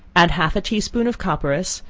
add half a tea-spoonful of copperas,